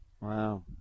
Wow